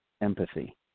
empathy